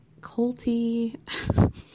Colty